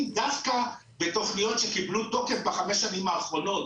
דווקא בתוכניות שקיבלו תוקף בחמש שנים האחרונות.